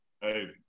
Hey